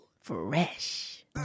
Fresh